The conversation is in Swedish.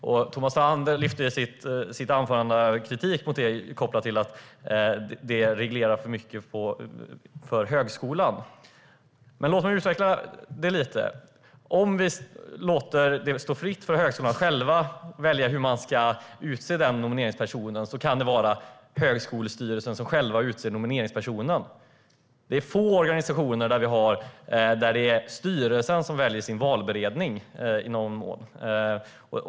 Thomas Strand framförde i sitt anförande kritik mot detta kopplat till att det reglerar för mycket för högskolan. Men låt mig utveckla det hela. Om vi låter det stå fritt för högskolorna att själva välja hur nomineringspersonen ska utses kan det vara högskolestyrelsen själv som utser nomineringspersonen. Det är få organisationer där det är styrelsen som väljer sin valberedning i någon mån.